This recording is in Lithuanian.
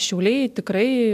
šiauliai tikrai